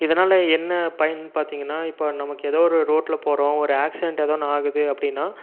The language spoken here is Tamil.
இதனால் என்ன பயன் பார்த்தீங்கன்னா இப்போ நமக்கு ஏதோ ஒரு ரோட்டில் போகிறோம் ஒரு ஆக்சிடென்ட் ஏதோ ஒன்று ஆகுது அப்படின்னா